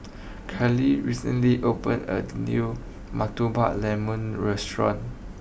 Karly recently opened a new Murtabak Lembu restaurant